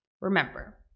Remember